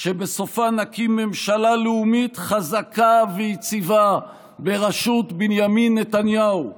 שבסופה נקים ממשלה לאומית חזקה ויציבה בראשות בנימין נתניהו,